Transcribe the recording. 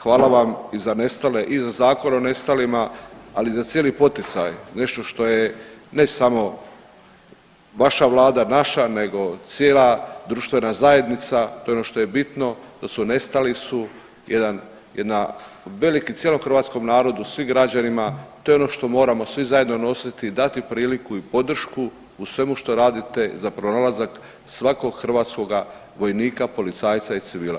Hvala vam i za nestale i za Zakon o nestalima, ali i za cijeli poticaj, nešto što je ne samo vaša vlada, naša nego cijela društvena zajednica, to je ono što je bitno, to su nestali su, jedan, jedna veliki cijelom hrvatskom narodu svi građanima to je ono što moramo svi zajedno nositi i dati priliku i podršku u svemu što radite za pronalazak svakog hrvatskoga vojnika, policajca i civila.